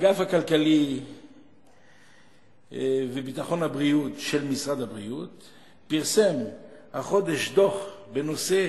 האגף לכלכלה וביטוח בריאות של משרד הבריאות פרסם החודש דוח בנושא: